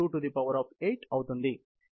ఇది బైనరీ సంఖ్య కాబట్టి సుమారు 256